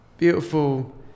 beautiful